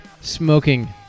Smoking